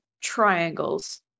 triangles